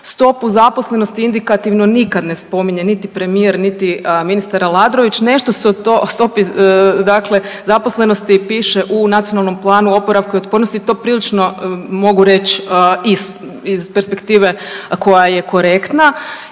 stopu zaposlenosti indikativno nikad ne spominje niti premijer, niti ministar Aladrović. Nešto su o stopi zaposlenosti piše u NPOO-u i to prilično mogu reć iz perspektive koja je korektna